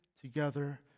together